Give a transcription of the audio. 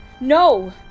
No